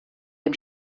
dem